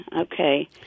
Okay